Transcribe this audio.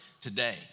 today